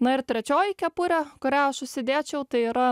na ir trečioji kepurė kurią aš užsidėčiau tai yra